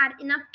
enough